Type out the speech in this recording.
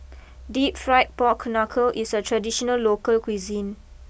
deep Fried Pork Knuckle is a traditional local cuisine